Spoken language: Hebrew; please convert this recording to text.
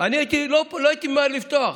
אני לא הייתי ממהר לפתוח.